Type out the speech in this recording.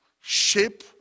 shape